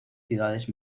ciudades